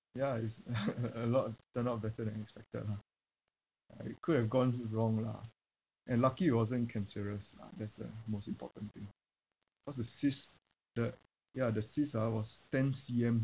ya it's a lot turned out better than expected lah uh it could have gone wrong lah and lucky it wasn't cancerous lah that's the most important thing cause the cyst the ya the cyst ah was ten C_M